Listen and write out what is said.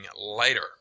later